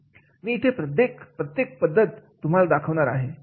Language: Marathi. इथे मी प्रत्येक पद्धतीत तुम्हाला दाखवणार आहे